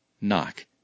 knock